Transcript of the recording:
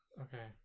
Okay